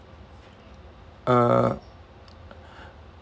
uh